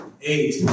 Eight